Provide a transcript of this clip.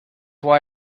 why